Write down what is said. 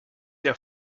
der